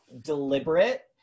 deliberate